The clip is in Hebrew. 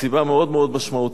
מסיבה מאוד משמעותית: